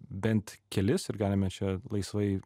bent kelis ir galime čia laisvai